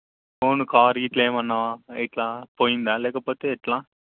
phone cover ఇట్ల ఏమన్నా ఇట్లా పోయిందా లేకపోతే ఎట్లా